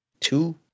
Two